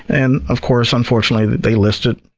and of course, unfortunately, they listed